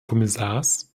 kommissars